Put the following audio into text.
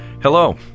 Hello